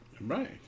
Right